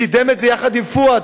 קידם את זה יחד עם פואד,